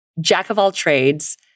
jack-of-all-trades